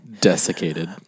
Desiccated